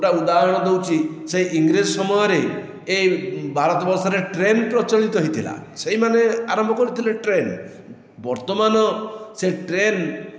ଗୋଟିଏ ଉଦାରଣ ଦେଉଛି ସେହି ଇଂରେଜ ସମୟରେ ଏଇ ଭାରତ ବର୍ଷରେ ଟ୍ରେନ୍ ପ୍ରଚଳିତ ହୋଇଥିଲା ସେହିମାନେ ଆରମ୍ଭ କରିଥିଲେ ଟ୍ରେନ୍ ବର୍ତ୍ତମାନ ସେ ଟ୍ରେନ୍